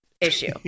issue